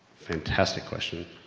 fantastic question,